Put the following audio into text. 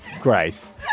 Grace